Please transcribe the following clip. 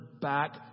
back